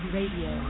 Radio